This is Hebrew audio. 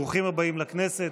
ברוכים הבאים לכנסת.